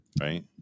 right